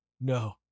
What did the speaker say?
No